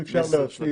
אם אפשר להוסיף.